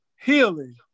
healing